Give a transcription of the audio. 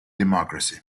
democracy